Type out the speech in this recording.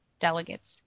delegates